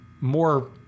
more